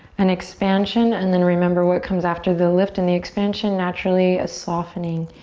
an expansion, and then remember what comes after the lift and the expansion. naturally, a softening.